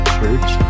Church